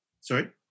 Sorry